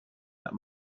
that